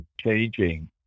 changing